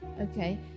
Okay